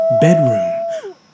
bedroom